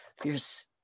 fierce